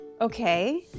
okay